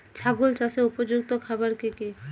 ছাগল চাষের উপযুক্ত খাবার কি কি?